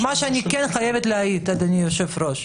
אדוני היושב-ראש,